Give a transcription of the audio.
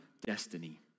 destiny